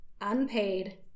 unpaid